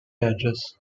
address